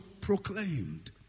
proclaimed